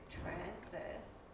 transverse